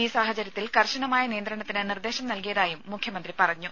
ഈ സാഹചര്യത്തിൽ കർശനമായ നിയന്ത്രണത്തിന് നിർദ്ദേശം നൽകിയതായും മുഖ്യമന്ത്രി പറഞ്ഞു